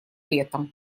летом